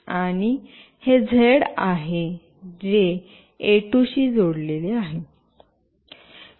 आणि हे झेड आहे जे ए2 शी जोडलेले आहे